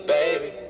baby